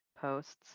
posts